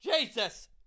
Jesus